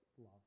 love